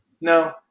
no